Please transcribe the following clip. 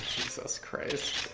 jesus christ.